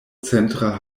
centra